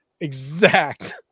exact